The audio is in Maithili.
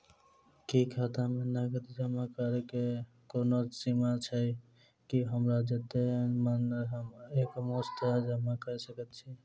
की खाता मे नगद जमा करऽ कऽ कोनो सीमा छई, की हमरा जत्ते मन हम एक मुस्त जमा कऽ सकय छी?